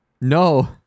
No